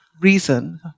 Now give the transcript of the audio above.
reason